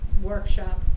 workshop